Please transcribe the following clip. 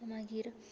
मागीर